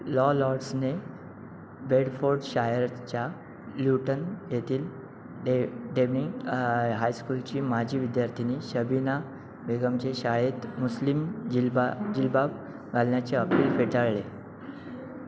law लॉर्ड्सने बेडफोर्डशायरच्या Luton येथील डे डेमनिंग हायस्कूलची माजी विद्यार्थिनी शबिना बेगमचे शाळेत मुस्लिम जिलबा जिलबाब घालण्याचे अपील फेटाळले